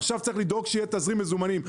עכשיו צריך לדאוג שיהיה תזרים מזומנים.